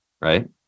right